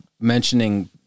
mentioning